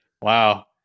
wow